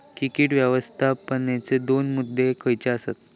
कीटक व्यवस्थापनाचे दोन मुद्दे खयचे आसत?